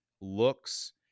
looks